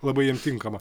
labai jiem tinkama